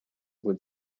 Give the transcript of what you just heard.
would